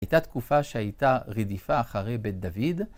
‫הייתה תקופה שהייתה רדיפה ‫אחרי בית דוד,